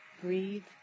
Breathe